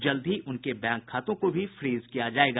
जल्द ही उनके बैंक खातों को भी फ्रीज किया जायेगा